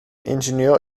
ingenieur